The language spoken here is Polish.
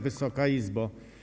Wysoka Izbo!